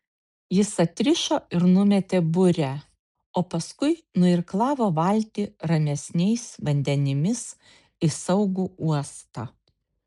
jis atrišo ir numetė burę o paskui nuirklavo valtį ramesniais vandenimis į saugų uostą